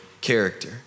character